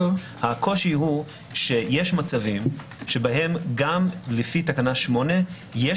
הקושי הוא שיש מצבים בהם גם לפי תקנה 8 יש